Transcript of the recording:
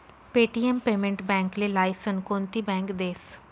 Paytm payment बॅकले license कोनती bank देस?